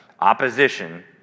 Opposition